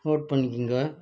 note பண்ணிக்கிங்க